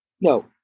No